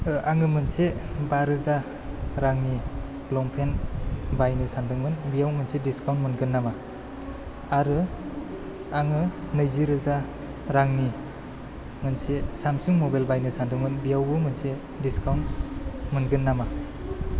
आङो मोनसे बा रोजा रांनि लंपेन्ट बायनो सानदोंमोन बियाव मोनसे दिसकाउन्ट मोनगोन नामा आरो आङो नैजि रोजा रांनि मोनसे सामसुंग मबाइल बायनो सानदोंमोन बेयावबो मोनसे दिसकाउन्ट मोनगोन नामा